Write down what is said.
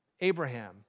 Abraham